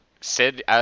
Sid